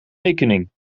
rekening